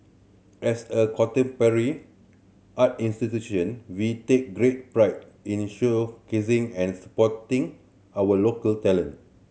as a contemporary art institution we take great pride in showcasing and supporting our local talent